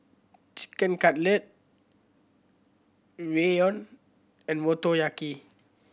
Chicken Cutlet Ramyeon and Motoyaki